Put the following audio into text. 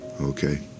okay